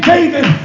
David